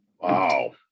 Wow